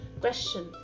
question